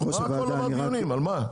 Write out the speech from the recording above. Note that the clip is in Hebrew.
על מה כל דבר דיונים על מה?